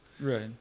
Right